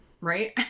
right